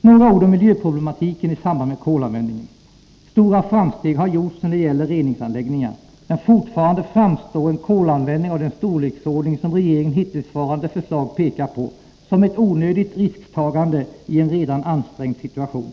Några ord vill jag också säga om miljöproblematiken i samband med kolanvändning. Stora framsteg har gjorts när det gäller reningsanläggningar. Men fortfarande framstår en kolanvändning, av den storleksordning som regeringens hittillsvarande förslag pekar på, som ett onödigt risktagande i en redan ansträngd situation.